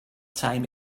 time